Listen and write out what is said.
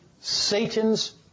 Satan's